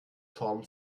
form